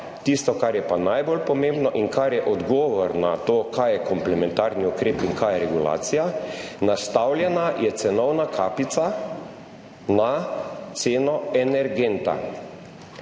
tisto, kar je pa najbolj pomembno in kar je odgovor na to, kaj je komplementarni ukrep in kaj je regulacija, nastavljena je cenovna kapica na ceno energenta.